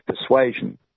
persuasion